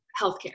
healthcare